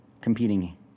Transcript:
competing